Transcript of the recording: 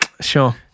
sure